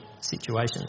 situations